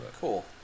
Cool